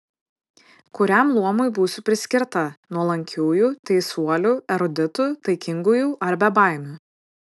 kuriam luomui būsiu priskirta nuolankiųjų teisuolių eruditų taikingųjų ar bebaimių